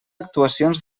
actuacions